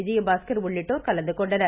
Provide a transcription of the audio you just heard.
விஜயபாஸ்கர் உள்ளிட்டோர் கலந்துகொண்டனர்